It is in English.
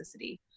toxicity